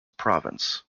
province